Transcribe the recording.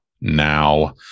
now